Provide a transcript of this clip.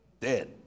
dead